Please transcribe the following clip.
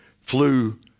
flew